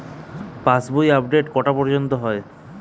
পাশ বই আপডেট কটা পর্যন্ত হয়?